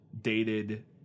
dated